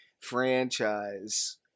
franchise